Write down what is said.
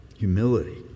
humility